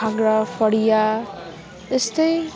घाग्रा फरिया यस्तै